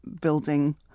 building